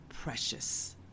precious